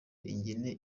ingene